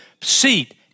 seat